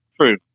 True